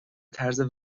طرز